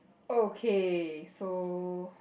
okay so